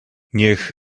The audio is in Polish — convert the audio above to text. niech